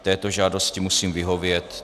Této žádosti musím vyhovět.